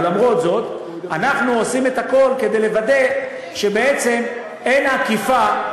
אבל למרות זאת אנחנו עושים את הכול כדי לוודא שבעצם אין עקיפה,